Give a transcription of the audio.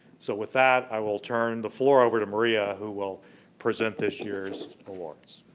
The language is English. so with that, i will turn the floor over to maria who will present this year's awards.